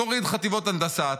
תוריד חטיבות הנדסה,